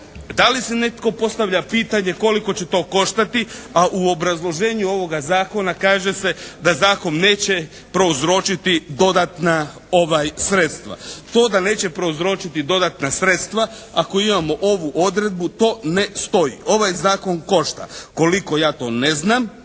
Da li si netko postavlja pitanje koliko će to koštati, a u obrazloženju ovoga zakona kaže se da zakon neće prouzročiti dodatna sredstva. To da neće prouzročiti dodatna sredstva ako imamo ovu odredbu to ne stoji. Ovaj zakon košta. Koliko ja to ne znam.